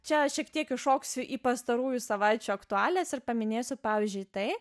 čia aš šiek tiek įšoksiu į pastarųjų savaičių aktualijas ir paminėsiu pavyzdžiui tai